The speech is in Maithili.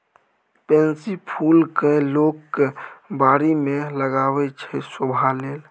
पेनसी फुल केँ लोक बारी मे लगाबै छै शोभा लेल